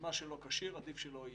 ומה שלא כשיר, עדיף שלא יהיה.